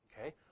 Okay